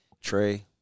Trey